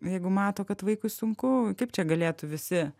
jeigu mato kad vaikui sunku kaip čia galėtų visi